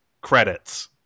Credits